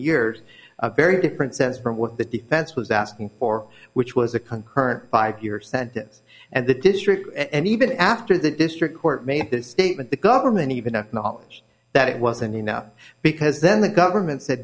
years a very different sense from what the defense was asking for which was a concurrent five year sentence and the district and even after the district court made this statement the government even acknowledge that it wasn't enough because then the government